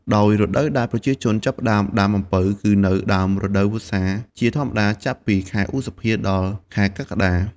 ដោយរដូវដែលប្រជាជនចាប់ផ្តើមដាំអំពៅគឺនៅ ដើមរដូវវស្សា ជាធម្មតាចាប់ពី ខែឧសភា ដល់ខែកក្កដា។